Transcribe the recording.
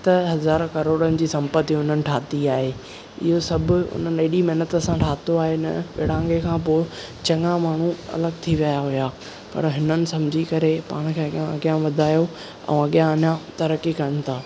सत हज़ार किरोड़नि जी सम्पति हुननि ठाही आहे इहो सभु हुननि हेॾी महिनत सां ठाहियो आहे न विरहाङे खां पोइ चङा माण्हू अलॻि थी विया हुआ पर हिननि सम्झी करे पाण खे अॻियांअॻियां वधायो ऐं अॻियां अञां तरकी कनि था